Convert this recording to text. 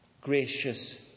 gracious